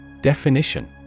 Definition